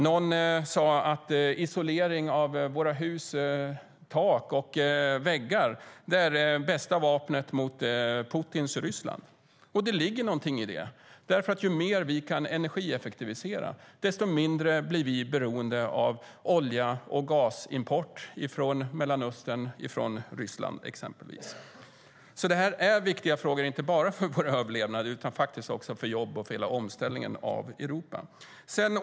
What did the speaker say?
Någon sade att isolering av våra hus, tak och väggar, är det bästa vapnet mot Putins Ryssland. Det ligger någonting i det, för ju mer vi kan energieffektivisera desto mindre blir vi beroende av olje och gasimport från exempelvis Mellanöstern och Ryssland. Det är alltså viktiga frågor inte bara för vår överlevnad utan också för jobb och för omställningen av Europa.